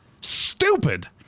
Stupid